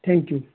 thank you